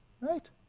Right